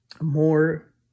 more